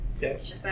Yes